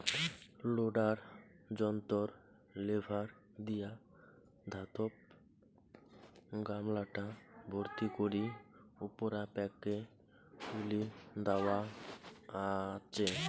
loader যন্ত্রর lever দিয়া ধাতব গামলাটা ভর্তি করি উপুরা পাকে তুলি দ্যাওয়া আচে